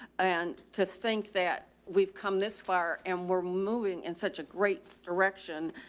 and to think that we've come this far and we're moving in such a great direction,